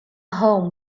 home